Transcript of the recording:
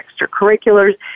extracurriculars